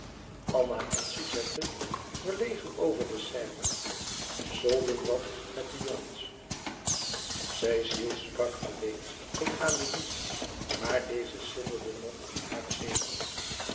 anna en suzette verlegen over de scène solden wat met de jongens over de platen heen cecile sprak alleen tot amélie maar deze sidderde nog in hare zenuwen